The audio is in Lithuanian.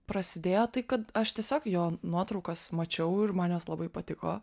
prasidėjo tai kad aš tiesiog jo nuotraukas mačiau ir man jos labai patiko